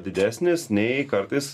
didesnis nei kartais